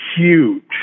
huge